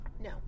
No